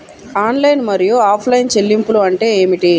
Online మరియు offline చెల్లింపులు అంటే ఏమిటి?